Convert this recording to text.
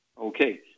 Okay